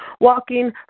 walking